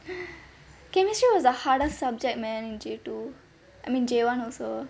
chemistry was the hardest subject man J two I mean J one also